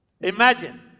Imagine